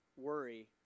worry